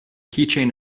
keychain